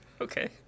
okay